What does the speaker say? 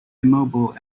immobile